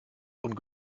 und